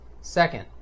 Second